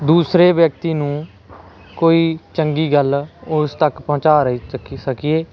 ਦੂਸਰੇ ਵਿਅਕਤੀ ਨੂੰ ਕੋਈ ਚੰਗੀ ਗੱਲ ਉਸ ਤੱਕ ਪਹੁੰਚਾ ਰਹੇ ਸੱਕੀ ਸਕੀਏ